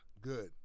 Good